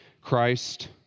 Christ